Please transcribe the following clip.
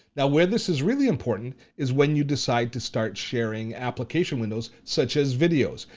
now where this is really important is when you decide to start sharing application windows such as videos.